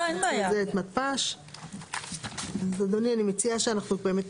אדוני, אני מציעה שאנחנו באמת